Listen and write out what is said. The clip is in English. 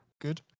good